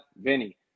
Vinny